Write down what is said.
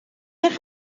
eich